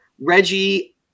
Reggie